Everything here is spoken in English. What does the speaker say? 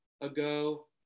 ago